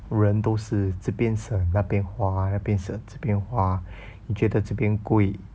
人都是这边省那边花那边省这边花觉得这边贵